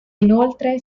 inoltre